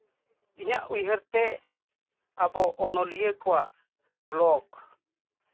ᱤᱧᱟᱹᱜ ᱩᱭᱦᱟᱹᱨᱛᱮ ᱟᱵᱚ ᱚᱱᱚᱞᱤᱭᱟᱹ ᱠᱚᱣᱟᱜ ᱵᱞᱚᱜ